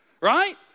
Right